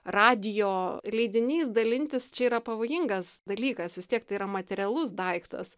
radijo leidinys dalintis čia yra pavojingas dalykas vis tiek tai yra materialus daiktas